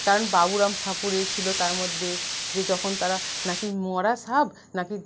কারণ বাবুরাম সাপুড়ে ছিল তার মধ্যে যে যখন তারা নাকি মরা সাপ নাকি